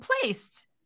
placed